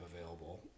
available